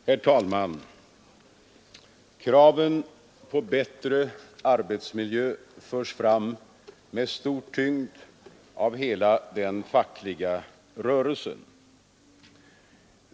Herr talman! Kraven på bättre arbetsmiljö förs fram med stor tyngd av hela den fackliga rörelsen.